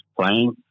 playing